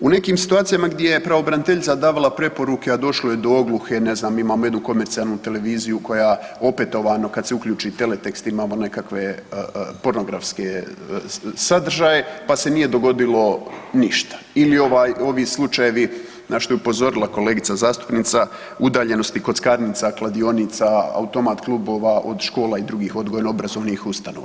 U nekim situacijama gdje je pravobraniteljica davala preporuke, a došlo je do ogluhe, ne znam imamo jednu komercijalnu televiziju koja opetovano kad se uključi teletekst imamo nekakve pornografske sadržaje pa se nije dogodilo ništa ili ovaj, ovi slučajevi na što je upozorila kolegica zastupnica udaljenosti kockarnica, kladionica, automat klubova od škola i drugih odgojno obrazovnih ustanova.